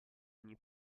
ogni